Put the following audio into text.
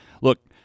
look